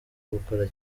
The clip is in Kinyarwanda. gukora